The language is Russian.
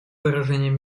выражением